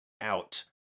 out